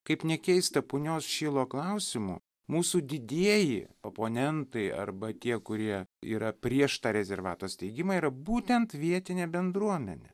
kaip nekeista punios šilo klausimu mūsų didieji oponentai arba tie kurie yra prieš tą rezervato steigimą yra būtent vietinė bendruomenė